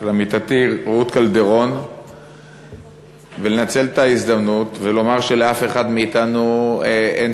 של עמיתתי רות קלדרון ולנצל את ההזדמנות ולומר שלאף אחד מאתנו אין